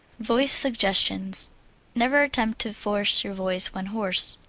voice suggestions never attempt to force your voice when hoarse.